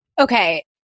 Okay